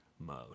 mode